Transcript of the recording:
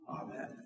Amen